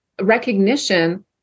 recognition